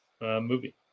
movie